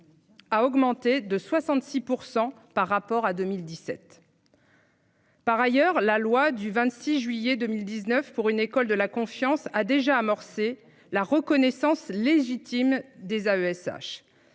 A augmenté de 66% par rapport à 2017.-- Par ailleurs, la loi du 26 juillet 2019 pour une école de la confiance a déjà amorcé la reconnaissance légitime des AESH.